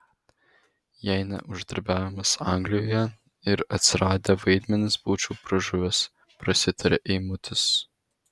jei ne uždarbiavimas anglijoje ir atsiradę vaidmenys būčiau pražuvęs prasitaria eimutis